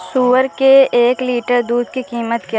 सुअर के एक लीटर दूध की कीमत क्या है?